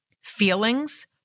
feelings